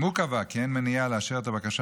אם הוא קבע כי אין מניעה לאשר את הבקשה